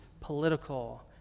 political